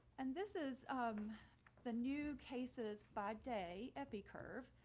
and this is um the new cases five day epi curve.